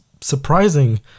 surprising